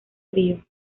frío